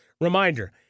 Reminder